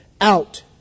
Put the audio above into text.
out